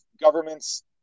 government's